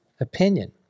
opinion